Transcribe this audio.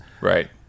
Right